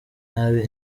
nabi